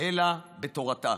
אלא בתורתה".